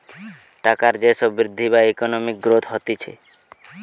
টাকার যে সব বৃদ্ধি বা ইকোনমিক গ্রোথ হতিছে